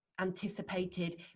anticipated